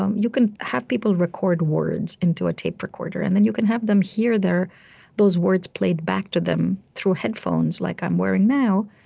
um you can have people record words into a tape recorder. and then you can have them hear those words played back to them through headphones like i'm wearing now,